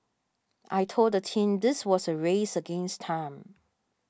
I told the team this was a race against time